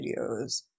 videos